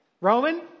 Roman